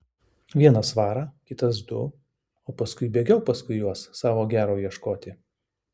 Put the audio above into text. vienas svarą kitas du o paskui bėgiok paskui juos savo gero ieškoti